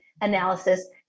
analysis